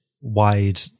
wide